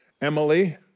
Emily